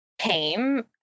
came